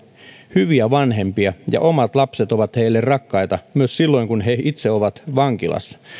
hyviä vanhempia ja omat lapset ovat heille rakkaita myös silloin kun he itse ovat vankilassa